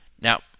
Now